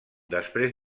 després